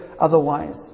otherwise